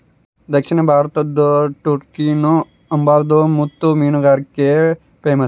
ದಕ್ಷಿಣ ಭಾರತುದ್ ಟುಟಿಕೋರ್ನ್ ಅಂಬಾದು ಮುತ್ತು ಮೀನುಗಾರಿಕ್ಗೆ ಪೇಮಸ್ಸು